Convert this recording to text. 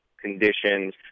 conditions